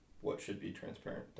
what-should-be-transparent